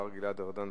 השר גלעד ארדן.